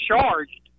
charged